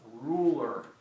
ruler